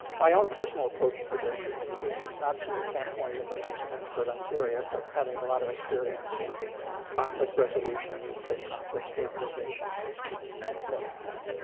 my own personal approach to this is is not from the standpoint of being an expert on syria, but having a lot of experience in conflict resolution, post-conflict stabilization, peacekeeping, that sort of things.